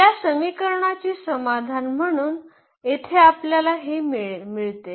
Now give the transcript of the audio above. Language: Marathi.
या समीकरणाचे समाधान म्हणून येथे आपल्याला हे मिळते